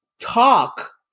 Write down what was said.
talk